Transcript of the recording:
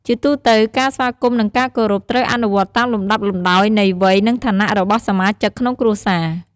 ជាទូទៅ ការស្វាគមន៍ និងការគោរព ត្រូវអនុវត្តតាមលំដាប់លំដោយនៃវ័យ និងឋានៈរបស់សមាជិកក្នុងគ្រួសារ។